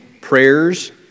prayers